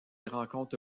rencontre